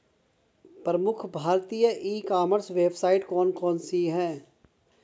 प्रमुख भारतीय e commerce website कौन कौन सी हैं?